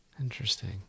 interesting